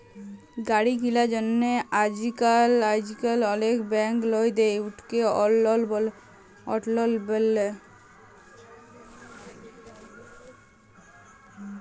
গাড়ি কিলার জ্যনহে আইজকাল অলেক ব্যাংক লল দেই, উটকে অট লল ব্যলে